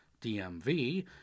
DMV